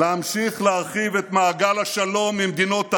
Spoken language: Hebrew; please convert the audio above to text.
להמשיך להרחיב את מעגל השלום עם מדינות ערב,